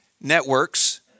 networks